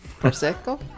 prosecco